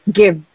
give